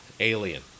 Alien